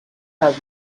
have